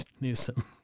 Newsom